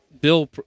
bill